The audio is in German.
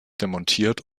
demontiert